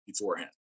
beforehand